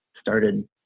started